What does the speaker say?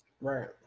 Right